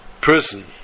person